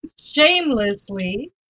shamelessly